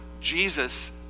Jesus